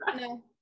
no